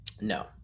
No